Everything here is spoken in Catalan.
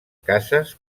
cases